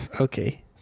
Okay